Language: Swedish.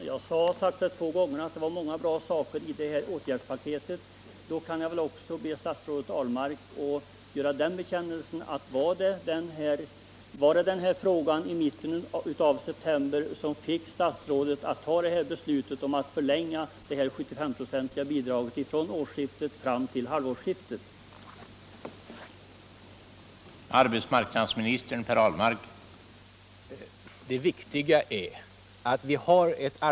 Herr talman! Jag har sagt två gånger att åtgärdspaketet innehåller många bra saker. Men då kan väl Per Ahlmark också erkänna om det var denna fråga i mitten av september som fick statsrådet att fatta beslutet att förlänga det 75-procentiga bidraget från årsskiftet fram till halvårsskiftet nästa år.